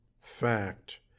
Fact